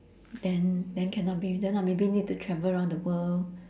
then then cannot be with them lah maybe need to travel around the world